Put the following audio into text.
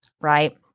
right